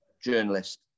journalist